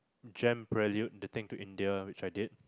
gem prelude the thing to India which I did